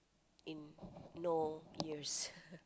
in no years